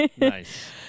Nice